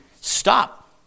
stop